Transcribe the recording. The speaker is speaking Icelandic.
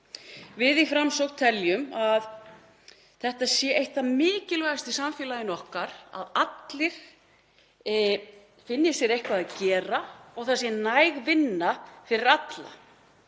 Við í Framsókn teljum að þetta sé eitt það mikilvægasta í samfélaginu okkar, að allir finni sér eitthvað að gera og það sé næg vinna fyrir alla